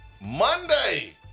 Monday